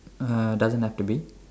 uh doesn't have to be